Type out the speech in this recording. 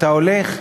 אתה הולך?